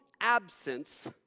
absence